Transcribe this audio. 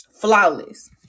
flawless